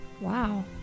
wow